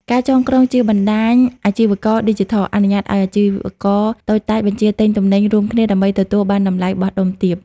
ការចងក្រងជា បណ្ដាញអាជីវករឌីជីថល អនុញ្ញាតឱ្យអាជីវករតូចតាចបញ្ជាទិញទំនិញរួមគ្នាដើម្បីទទួលបានតម្លៃបោះដុំទាប។